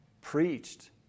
preached